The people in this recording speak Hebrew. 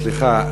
סליחה.